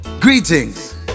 Greetings